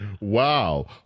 Wow